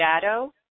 shadow